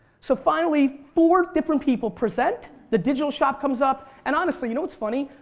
so finally four different people present, the digital shop comes up and honestly you know what's funny?